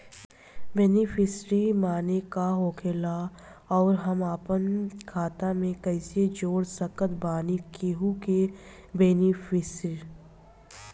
Beneficiary माने का होखेला और हम आपन खाता मे कैसे जोड़ सकत बानी केहु के बेनीफिसियरी?